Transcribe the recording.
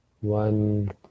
one